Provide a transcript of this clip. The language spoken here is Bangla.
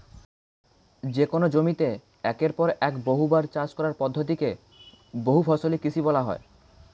যেকোন জমিতে একের পর এক বহুবার চাষ করার পদ্ধতি কে বহুফসলি কৃষি বলা হয়